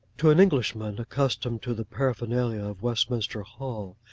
to an englishman, accustomed to the paraphernalia of westminster hall,